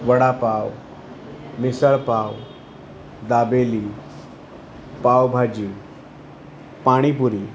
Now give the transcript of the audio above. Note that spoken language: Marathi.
वडापाव मिसळपाव दाबेली पावभाजी पाणीपुरी